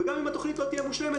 וגם אם התכנית לא תהיה מושלמת,